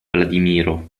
vladimiro